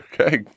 Okay